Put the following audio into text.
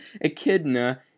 echidna